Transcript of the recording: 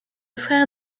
frère